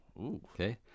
Okay